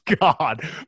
God